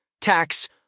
tax